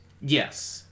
yes